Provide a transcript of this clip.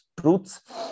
truths